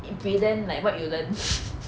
you present like what you learn